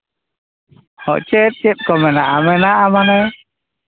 ᱦᱳᱭ ᱪᱮᱫ ᱪᱮᱫ ᱠᱚ ᱢᱮᱱᱟᱜᱼᱟ ᱢᱮᱱᱟᱜᱼᱟ ᱢᱟᱱᱮ